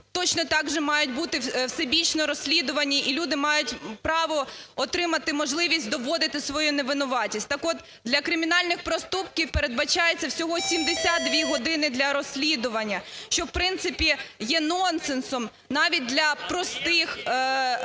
точно так же мають бути всебічно розслідувані, і люди мають право отримати можливість доводити свою невинуватість. Так от для кримінальних проступків передбачається всього 72 години для розслідування, що в принципі є нонсенсом навіть для простих